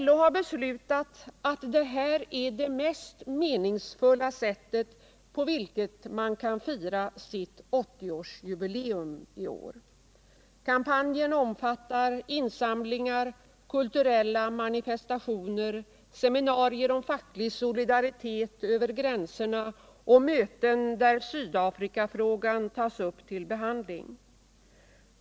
LO har beslutat att detta är det mest meningsfulla sätt på vilket man kan fira sitt 80-årsjubileum i år. Kampanjen omfattar insamlingar, kulturella manifestationer, seminarier om facklig solidaritet över gränserna och möten där Sydafrikafrågan tas upp till behandling.